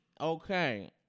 Okay